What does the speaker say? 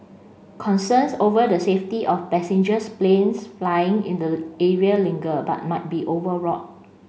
concerns over the safety of passengers planes flying in the area linger but might be overwrought